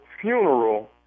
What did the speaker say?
funeral